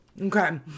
okay